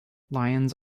lyons